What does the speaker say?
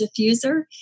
diffuser